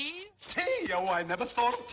tea, oh i never thought